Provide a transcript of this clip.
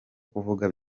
kuvuga